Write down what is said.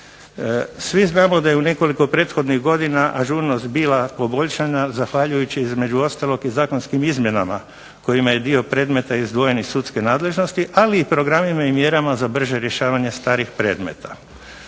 Svi znamo da je u nekoliko prethodnih godina ažurnost bila poboljšana zahvaljujući između ostalog i zakonskim izmjenama kojima je dio predmeta izdvojeno iz sudske nadležnosti, ali i programima i mjerama za brže rješavanje starih predmeta.